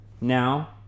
Now